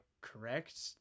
correct